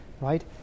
Right